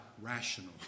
rational